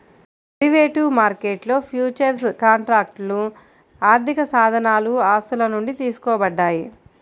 derivative మార్కెట్లో futures కాంట్రాక్ట్లు ఆర్థికసాధనాలు ఆస్తుల నుండి తీసుకోబడ్డాయి